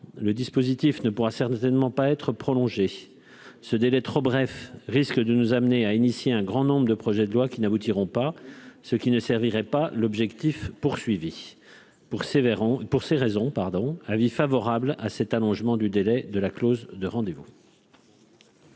le dispositif ne pourra certainement pas être prolongé ce délai trop bref risque de nous amener à initier un grand nombre de projets de loi qui n'aboutiront pas, ce qui ne servirait pas l'objectif poursuivi pour sévère pour ces raisons, pardon : avis favorable à cet allongement du délai de la clause de rendez-vous.